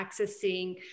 accessing